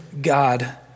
God